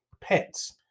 pets